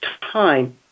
time